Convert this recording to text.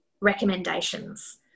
recommendations